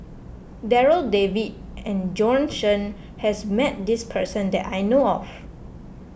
Darryl David and Bjorn Shen has met this person that I know of